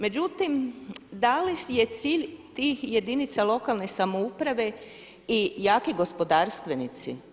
Međutim, da li je cilj tih jedinica lokalne samouprave i jaki gospodarstvenici?